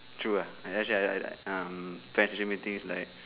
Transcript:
true ah and actually I I um parent teacher meeting is like